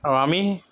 আৰু আমি